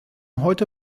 heute